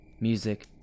music